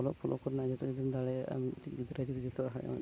ᱚᱞᱚᱜ ᱯᱷᱚᱞᱚᱜ ᱠᱚᱨᱮᱱᱟᱜ ᱡᱷᱚᱛᱚ ᱡᱩᱫᱤᱢ ᱫᱟᱲᱮᱭᱟᱜᱼᱟ ᱢᱤᱜᱴᱤᱡ ᱜᱤᱫᱽᱨᱟᱹ ᱡᱩᱫᱤ ᱡᱤᱛᱚᱣᱟᱜ ᱦᱟᱸᱜ ᱮ